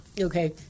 Okay